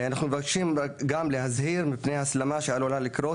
אנחנו מבקשים גם להזהיר מפני הסלמה שעלולה לקרות